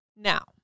Now